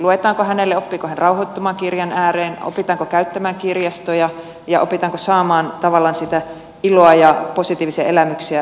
luetaanko hänelle oppiiko hän rauhoittumaan kirjan ääreen opitaanko käyttämään kirjastoja ja opitaanko saamaan tavallaan iloa ja positiivisia elämyksiä lukemisen kautta